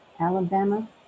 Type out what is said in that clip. Alabama